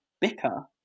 bicker